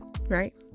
right